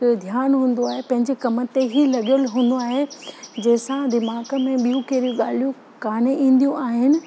ध्यानु हूंदो आहे पंहिंजे कम ते ई लॻियलु हूंदो आहे जंहिंसां दिमाग़ में ॿियूं कहिड़ी ॻाल्हियूं कोन ईंदियूं आहिनि